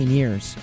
years